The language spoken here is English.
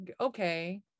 okay